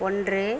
ஒன்று